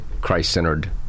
Christ-centered